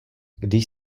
když